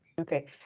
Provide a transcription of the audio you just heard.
Okay